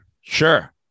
Sure